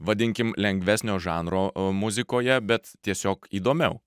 vadinkim lengvesnio žanro muzikoje bet tiesiog įdomiau